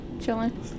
chilling